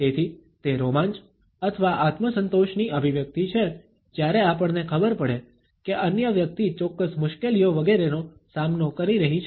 તેથી તે રોમાંચ અથવા આત્મસંતોષની અભિવ્યક્તિ છે જ્યારે આપણને ખબર પડે કે અન્ય વ્યક્તિ ચોક્કસ મુશ્કેલીઓ વગેરેનો સામનો કરી રહી છે